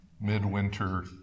midwinter